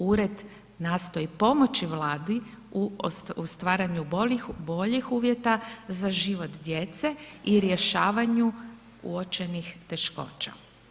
Ured nastoji pomoći Vladi u stvaranju boljih uvjeta za život djece i rješavanju uočenih teškoća.